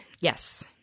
Yes